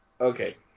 Okay